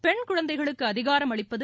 பெண் குழந்தைகளுக்கு அதிகாரம் அளிப்பது